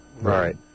Right